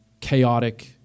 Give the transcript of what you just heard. chaotic